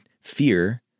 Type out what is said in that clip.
fear